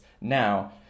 Now